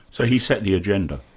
so he set the agenda?